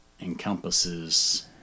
encompasses